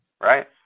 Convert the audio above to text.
right